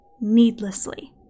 needlessly